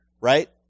right